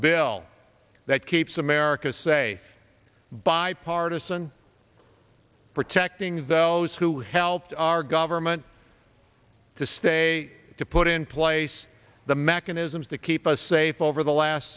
bill that keeps america say bipartisan protecting those who helped our government to stay to put in place the mechanisms that keep us safe over the last